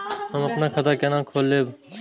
हम अपन खाता केना खोलैब?